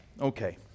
okay